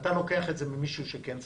ואתה לוקח את זה ממישהו שכן צריך.